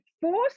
force